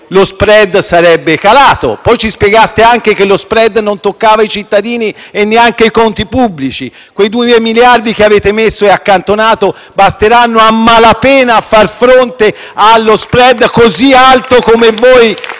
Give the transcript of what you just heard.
lo *spread* sarebbe calato. Poi ci spiegaste anche che lo *spread* non toccava i cittadini e neanche i conti pubblici: quei 2 miliardi di euro che avete accantonato basteranno a malapena a far fronte allo *spread* così alto, come voi